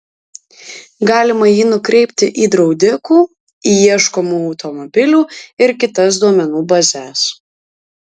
galima jį nukreipti į draudikų į ieškomų automobilių ir kitas duomenų bazes